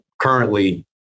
currently